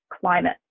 climate